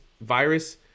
virus